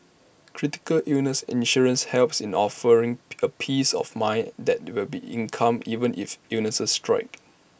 critical illness insurance helps in offering pick A peace of mind that there will be income even if illnesses strike